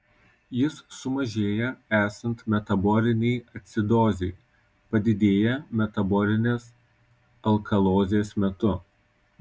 jis sumažėja esant metabolinei acidozei padidėja metabolinės alkalozės metu